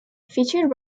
featured